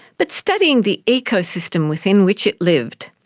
but studying the ecosystem within which it lived.